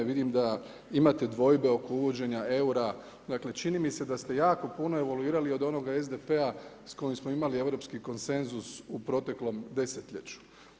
Vidim da imate dvojbe oko uvođenja eura, dakle čini mi se da ste jako puno evoluirali od onoga SDP-a s kojim smo imali europski konsenzus u proteklom desetljeću.